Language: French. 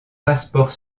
passeport